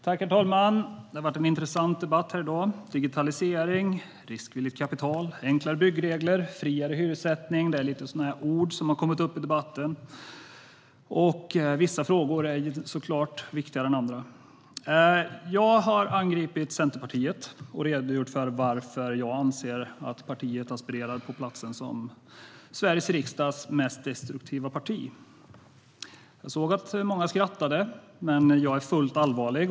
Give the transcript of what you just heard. Herr talman! Det har varit en intressant debatt i dag. Digitalisering, riskvilligt kapital, enklare byggregler och friare hyressättning är ord som har kommit upp i debatten. Vissa frågor är såklart viktigare än andra. Jag har angripit Centerpartiet och redogjort för varför jag anser att partiet aspirerar på platsen som Sveriges riksdags mest destruktiva parti. Jag hörde att många skrattade, men jag är fullt allvarlig.